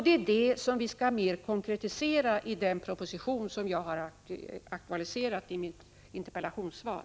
Det är detta som vi skall konkretisera ytterligare i den proposition jag har aktualiserat i mitt interpellationssvar.